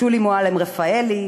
שולי מועלם-רפאלי,